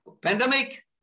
pandemic